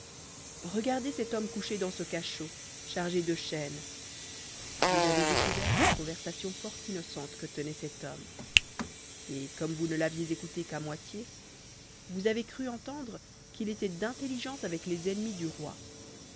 regardez cet homme couché dans ce cachot couvert de chaînes vous avez découvert une conversation fort innocente que tenait cet homme et comme vous ne l'aviez écoutée qu'à moitié vous avez cru entendre qu'il était d'intelligence avec les ennemis du roi